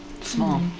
Small